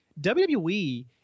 WWE